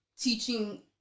teaching